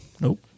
Nope